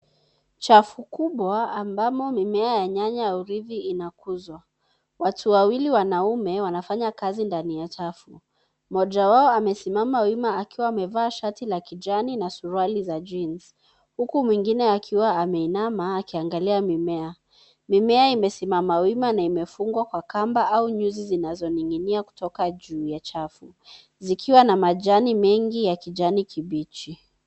Chafu kubwa ambamo mimea ya nyanya ya uridhi inakuzwa. Watu wawili wanaume wanafanya kazi ndani ya chafu. Moja wao amesimama wima akiwa amevaa shati la kijani na suruali za jeans ,huku mwingine akiwa ameinama akiangalia mimea. Mimea imesimama wima na imefungwa kwa kamba au nyuzi zinayoning'inia kutoka juu ya chafu zikiwa na majani mengi ya kijani kibichi.